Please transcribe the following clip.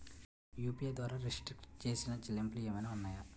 UPI ద్వారా restrict చేసిన చెల్లింపులు ఏమైనా ఉన్నాయా?